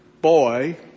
Boy